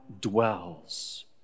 dwells